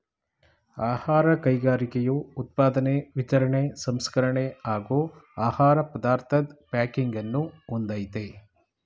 ಆಹಾರ ಕೈಗಾರಿಕೆಯು ಉತ್ಪಾದನೆ ವಿತರಣೆ ಸಂಸ್ಕರಣೆ ಹಾಗೂ ಆಹಾರ ಪದಾರ್ಥದ್ ಪ್ಯಾಕಿಂಗನ್ನು ಹೊಂದಯ್ತೆ